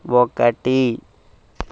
ఒకటి